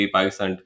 Pakistan